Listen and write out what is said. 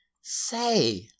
say